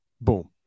Boom